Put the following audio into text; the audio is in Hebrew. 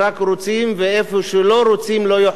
ואיפה שלא רוצים לא יחול תום הלב.